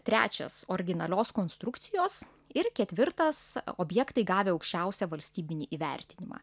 trečias originalios konstrukcijos ir ketvirtas objektai gavę aukščiausią valstybinį įvertinimą